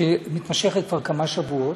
שמתמשכת כבר כמה שבועות,